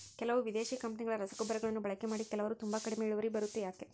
ಕೆಲವು ವಿದೇಶಿ ಕಂಪನಿಗಳ ರಸಗೊಬ್ಬರಗಳನ್ನು ಬಳಕೆ ಮಾಡಿ ಕೆಲವರು ತುಂಬಾ ಕಡಿಮೆ ಇಳುವರಿ ಬರುತ್ತೆ ಯಾಕೆ?